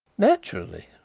naturally.